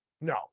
No